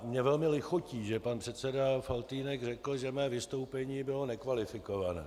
Mně velmi lichotí, že pan předseda Faltýnek řekl, že mé vystoupení bylo nekvalifikované.